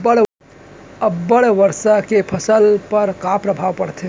अब्बड़ वर्षा के फसल पर का प्रभाव परथे?